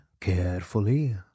carefully